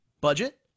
budget